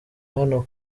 hano